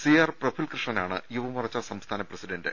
C R Praful കൃഷ്ണനാണ് യുവ മോർച്ച സംസ്ഥാന president